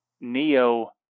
Neo-